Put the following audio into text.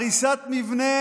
הריסת מבנה